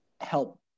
help